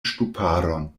ŝtuparon